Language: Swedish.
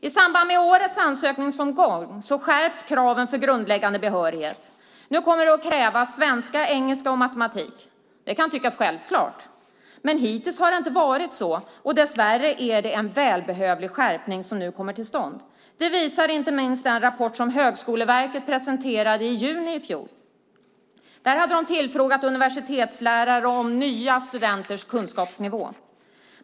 I samband med årets ansökningsomgång skärps kraven för grundläggande behörighet. Nu kommer det att krävas godkänt i svenska, engelska och matematik. Det kan tyckas självklart, men hittills har det inte varit så, och dess värre är det en välbehövlig skärpning som nu kommer till stånd. Det visar inte minst den rapport som Högskoleverket presenterade i juni i fjol. Där hade universitetslärare tillfrågats om nya studenters kunskapsnivå.